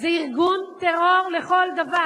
ואני מאשימה את חוסר הלגיטימציה שאתם נותנים לחינוך בסיסי,